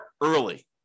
early